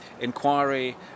inquiry